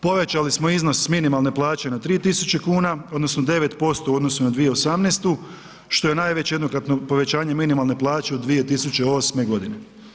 Povećali smo iznos s minimalne plaće na 3.000 kuna odnosno 9% u odnosu na 2018. što je najveće jednokratno povećanje minimalne plaće od 2008. godine.